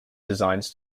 designs